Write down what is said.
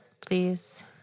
please